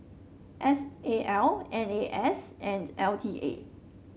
S A L N A S and L T A